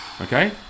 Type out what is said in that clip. Okay